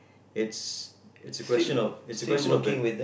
it's it's a question of it's a question of the